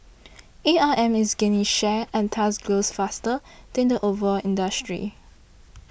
A R M is gaining share and thus grows faster than the overall industry